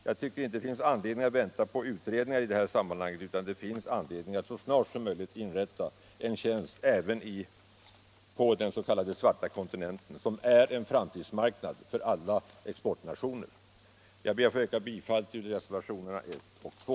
Jag tycker inte att det finns anledning att vänta på utredningar i det här sammanhanget, utan det finns anledning att så snart som möjligt inrätta en tjänst även på den s.k. svarta kontinenten, som är en framtidsmarknad för alla exportnationer. Jag ber att få yrka bifall till reservationerna 1 och 2.